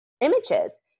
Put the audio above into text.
images